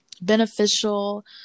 beneficial